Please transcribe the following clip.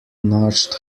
notched